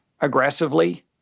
aggressively